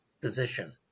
position